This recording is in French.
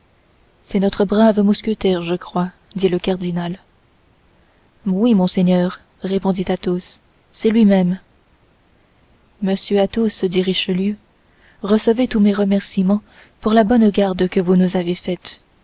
c'est notre brave mousquetaire je crois dit le cardinal oui monseigneur répondit athos c'est lui-même monsieur athos dit richelieu recevez tous mes remerciements pour la bonne garde que vous nous avez faite